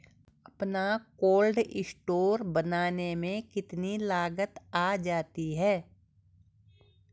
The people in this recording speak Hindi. अपना कोल्ड स्टोर बनाने में कितनी लागत आ जाती है?